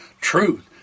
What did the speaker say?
truth